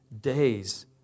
days